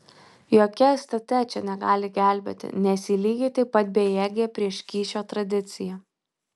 jokia stt čia negali gelbėti nes ji lygiai taip pat bejėgė prieš kyšio tradiciją